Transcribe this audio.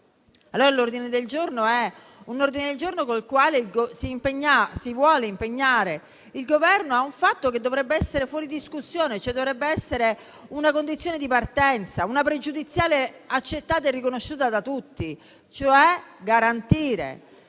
il tempo necessario. Con l'ordine del giorno si vuole impegnare il Governo a un fatto che dovrebbe essere fuori discussione, che dovrebbe essere una condizione di partenza, una pregiudiziale accettata e riconosciuta da tutti: garantire